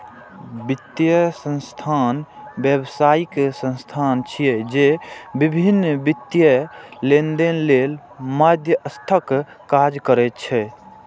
वित्तीय संस्थान व्यावसायिक संस्था छिय, जे विभिन्न वित्तीय लेनदेन लेल मध्यस्थक काज करै छै